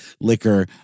liquor